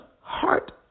heart